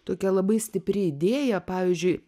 tokia labai stipri idėja pavyzdžiui